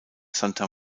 santa